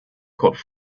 caught